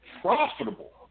profitable